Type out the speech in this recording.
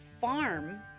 farm